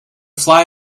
fly